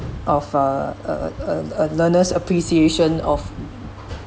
of uh uh a a learner's appreciation of